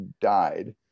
died